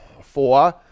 Four